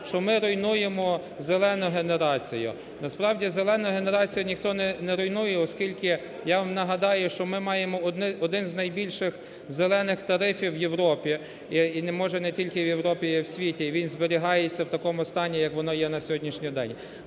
що ми руйнуємо "зелену" генерацію. Насправді, "зелену" генерацію ніхто не руйнує, оскільки… я вам нагадаю, що ми маємо один з найбільших "зелених" тарифів в Європі (і, може, не тільки в Європі, а й в світі), він зберігається в такому стані, як воно є на сьогоднішній день.